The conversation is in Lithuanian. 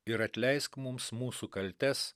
ir atleisk mums mūsų kaltes